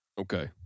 Okay